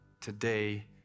today